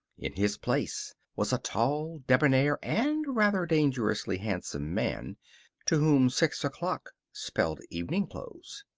in his place was a tall, debonair, and rather dangerously handsome man to whom six o'clock spelled evening clothes.